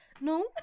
No